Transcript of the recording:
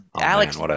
Alex